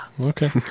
okay